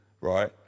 right